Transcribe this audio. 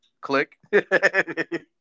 Click